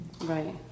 Right